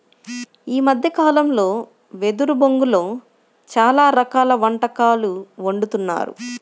ఈ మద్దె కాలంలో వెదురు బొంగులో చాలా రకాల వంటకాలు వండుతున్నారు